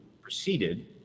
proceeded